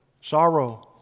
sorrow